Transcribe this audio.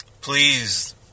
Please